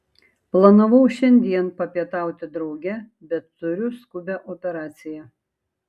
planavau šiandien papietauti drauge bet turiu skubią operaciją